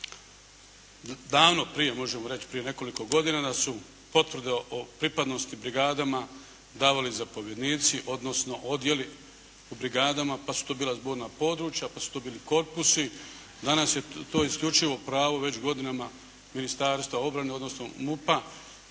svjesni davno prije, možemo reći prije nekoliko godina da su potvrde o pripadnosti brigadama davali zapovjednici, odnosno odjeli u brigadama, pa su to bila zborna područja, pa su to bili korpusi, danas je to isključivo pravo već godinama Ministarstva obrane, odnosno MUP-a